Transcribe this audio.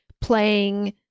playing